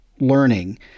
learning